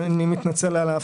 לא,